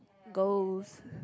goals